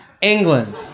England